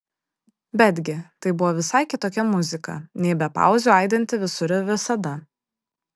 betgi tai buvo visai kitokia muzika nei be pauzių aidinti visur ir visada